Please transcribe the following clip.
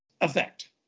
effect